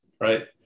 Right